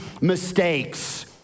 mistakes